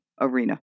arena